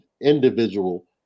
individual